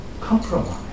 compromise